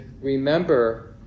remember